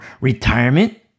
retirement